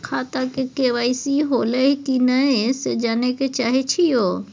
खाता में के.वाई.सी होलै की नय से जानय के चाहेछि यो?